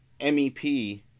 MEP